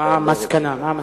מה המסקנה?